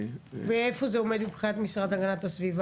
ואיפה זה עומד מבחינת משרד הגנת הסביבה?